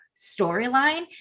storyline